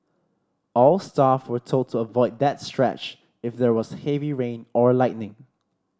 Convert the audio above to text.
all staff were told to avoid that stretch if there was heavy rain or lightning